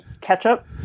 ketchup